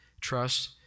trust